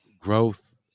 growth